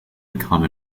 become